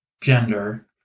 gender